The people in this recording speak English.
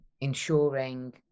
ensuring